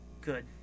Good